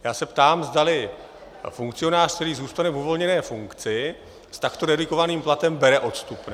Já se ptám, zdali funkcionář, který zůstane v uvolněné funkci s takto redukovaným platem, bere odstupné.